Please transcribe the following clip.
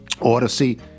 odyssey